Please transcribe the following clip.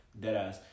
Deadass